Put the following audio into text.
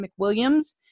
McWilliams